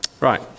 Right